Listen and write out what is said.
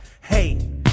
hey